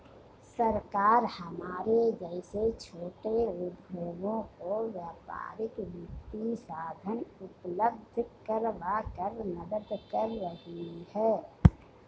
सरकार हमारे जैसे छोटे उद्योगों को व्यापारिक वित्तीय साधन उपल्ब्ध करवाकर मदद कर रही है